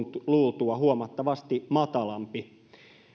luultua huomattavasti matalampi